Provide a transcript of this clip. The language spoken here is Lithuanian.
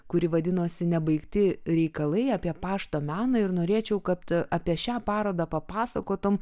kuri vadinosi nebaigti reikalai apie pašto meną ir norėčiau kad apie šią parodą papasakotum